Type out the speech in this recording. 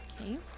Okay